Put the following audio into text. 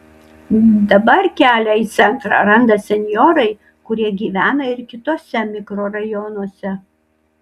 dabar kelią į centrą randa senjorai kurie gyvena ir kituose mikrorajonuose